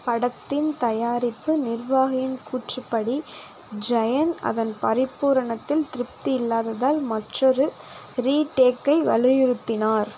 படத்தின் தயாரிப்பு நிர்வாகியின் கூற்றுப்படி ஜெயன் அதன் பரிப்பூரணத்தில் திருப்தி இல்லாததால் மற்றொரு ரீடேக்கை வலியுறுத்தினார்